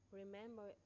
remember